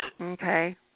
Okay